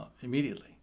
immediately